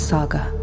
Saga